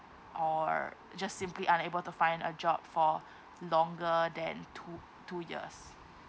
or just simply unable to find a job for longer than two two years